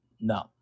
no